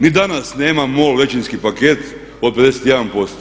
Ni danas nemao većinski paket od 51%